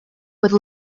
would